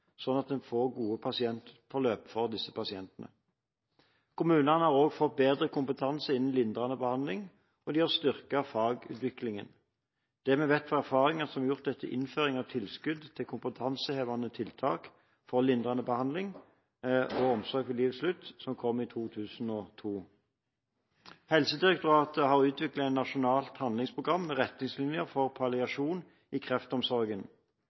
sånn at en får gode pasientforløp for disse pasientene. Kommunene har også fått bedre kompetanse innen lindrende behandling, og de har styrket fagutviklingen. Det vet vi fra erfaringer som er gjort etter innføring av tilskudd til kompetansehevende tiltak for lindrende behandling og omsorg ved livets slutt, som kom i 2002. Helsedirektoratet har utviklet et nasjonalt handlingsprogram med retningslinjer for palliasjon i kreftomsorgen.